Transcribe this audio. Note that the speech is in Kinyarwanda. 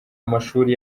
amashuri